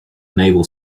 naval